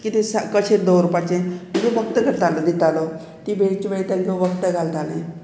कितें कशें दवरपाचें तुजें वखद करतालो दितालो ती वेळचो वेळी तांकां वखद घालतालें